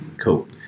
cool